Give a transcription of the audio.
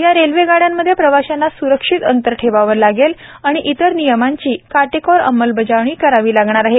या रेल्वे गाड्यांमध्ये प्रवाशांना सुरक्षित अंतर ठेवावं लागेल आणि इतर नियमांची काटेकोर अंमलबजावणी करावी लागणार आहे